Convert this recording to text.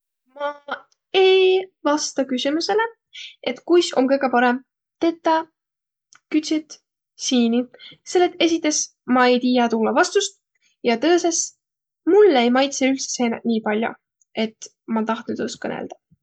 Maq ei vastaq küsümüsele, et kuis om kõgõ parõmb tetäq küdset siini, selle et esites ma ei tiiäq toolõ vastust, ja tõõsõs, mullõ ei maitsõq üldse seeneq nii pall'o, et ma tahtnuq tuust kõnõldaq.